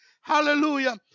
Hallelujah